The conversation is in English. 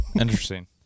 Interesting